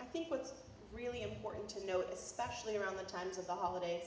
i think what's really important to note the specially around the times of the holiday